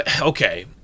Okay